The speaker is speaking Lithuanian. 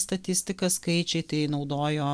statistika skaičiai tai naudojo